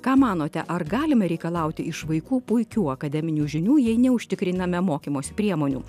ką manote ar galime reikalauti iš vaikų puikių akademinių žinių jei neužtikriname mokymosi priemonių